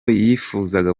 yifuzaga